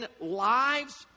lives